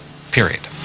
period.